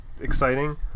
exciting